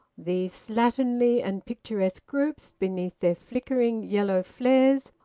these slatternly and picturesque groups, beneath their flickering yellow flares,